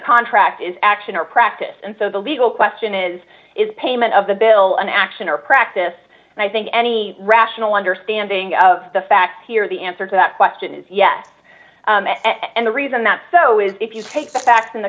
contract is action or practice and so the legal question is is payment of the bill an action or practice and i think any rational understanding of the facts here the answer to that question is yes and the reason that so is if you take the facts in the